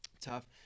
tough